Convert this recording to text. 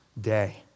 day